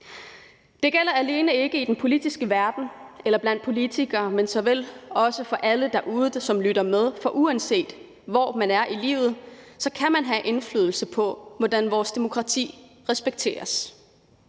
Det gælder ikke alene i den politiske verden eller blandt politikere, men såvel også for alle derude, som lytter med, for uanset hvor man er i livet, kan man have indflydelse på, hvordan vores demokrati respekteres.